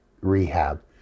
rehab